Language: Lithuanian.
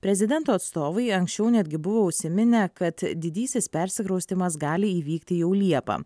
prezidento atstovai anksčiau netgi buvo užsiminę kad didysis persikraustymas gali įvykti jau liepą